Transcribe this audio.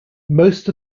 most